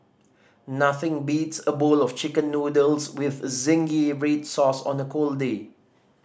nothing beats a bowl of Chicken Noodles with zingy red sauce on a cold day